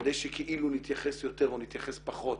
כדי שכאילו נתייחס יותר או נתייחס פחות